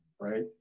right